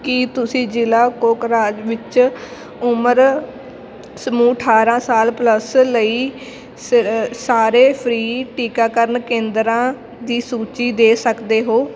ਕੀ ਤੁਸੀਂ ਜ਼ਿਲ੍ਹਾ ਕੋਕਰਾਜ ਵਿੱਚ ਉਮਰ ਸਮੂਹ ਅਠਾਰ੍ਹਾਂ ਸਾਲ ਪਲੱਸ ਲਈ ਸ ਸਾਰੇ ਫ੍ਰੀ ਟੀਕਾਕਰਨ ਕੇਂਦਰਾਂ ਦੀ ਸੂਚੀ ਦੇ ਸਕਦੇ ਹੋ